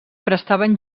prestaven